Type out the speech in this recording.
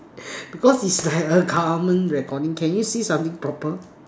because is like a government recording can you say something proper